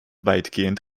weitgehend